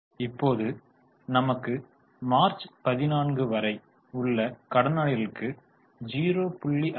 இப்போது நமக்கு மார்ச் 14 வரை உள்ள கடனாளிகளுக்கு 0